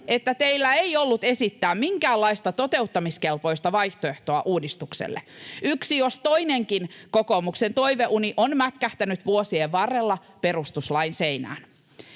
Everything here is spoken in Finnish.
että teillä ei ollut esittää minkäänlaista toteuttamiskelpoista vaihtoehtoa uudistukselle. Yksi jos toinenkin kokoomuksen toiveuni on mätkähtänyt vuosien varrella perustuslain seinään.